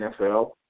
NFL